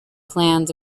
planned